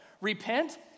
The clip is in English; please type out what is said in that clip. Repent